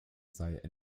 sei